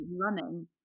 running